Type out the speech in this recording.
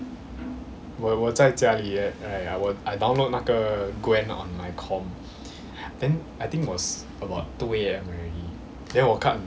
我我在家里 yet right I 我 I download 那个 gwen on my com then I think was about two A_M then 我看